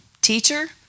Teacher